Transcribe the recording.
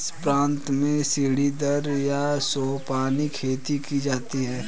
किस प्रांत में सीढ़ीदार या सोपानी खेती की जाती है?